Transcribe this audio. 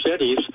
cities